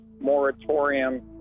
moratorium